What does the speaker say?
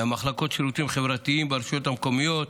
מהמחלקות לשירותים חברתיים ברשויות המקומיות,